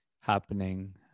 happening